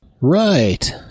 Right